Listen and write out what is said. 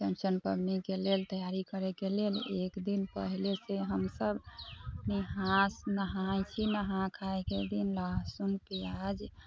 चौरचन पबनीके लेल तैयारी करैके लेल एकदिन पहिलेसँ हमसब निहा नहाय छी नहा खाइके दिन लहसुन प्याज